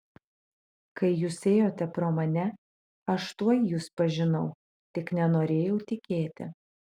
kai jūs ėjote pro mane aš tuoj jus pažinau tik nenorėjau tikėti